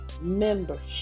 membership